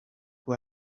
who